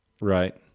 right